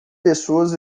pessoas